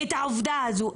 את העובדה הזו.